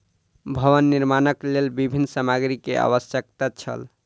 भवन निर्माणक लेल विभिन्न सामग्री के आवश्यकता छल